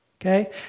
Okay